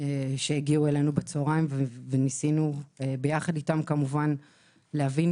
שהגיעו בצוהריים וניסינו יחד אתם להבין